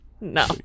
No